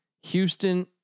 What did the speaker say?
Houston